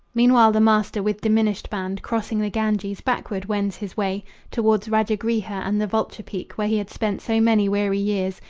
meanwhile the master with diminished band crossing the ganges, backward wends his way toward rajagriha, and the vulture-peak where he had spent so many weary years,